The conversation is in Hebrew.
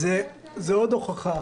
זאת עוד הוכחה